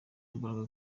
imbaraga